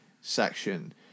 section